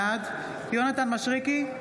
בעד יונתן מישרקי,